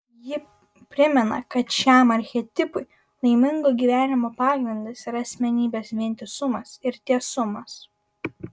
ji primena kad šiam archetipui laimingo gyvenimo pagrindas yra asmenybės vientisumas ir tiesumas